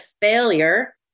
failure